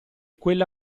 quella